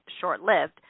short-lived